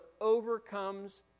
overcomes